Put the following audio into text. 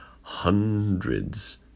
hundreds